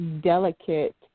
delicate